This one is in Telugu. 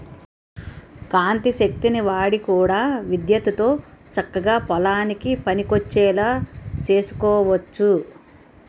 కాంతి శక్తిని వాడి కూడా విద్యుత్తుతో చక్కగా పొలానికి పనికొచ్చేలా సేసుకోవచ్చు